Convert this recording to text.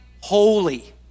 holy